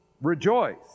Rejoice